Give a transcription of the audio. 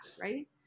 right